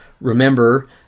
remember